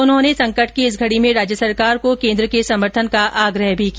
उन्होंने संकट की इस घडी में राज्य सरकार को केन्द्र के समर्थन का आग्रह भी किया